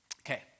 Okay